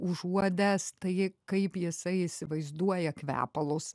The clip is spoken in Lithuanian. užuodęs tai kaip jisai įsivaizduoja kvepalus